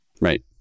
Right